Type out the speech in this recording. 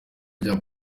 bya